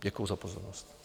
Děkuji za pozornost.